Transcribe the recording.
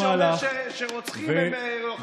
עם מי שאומר שרוצחים הם לוחמי חופש?